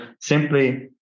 simply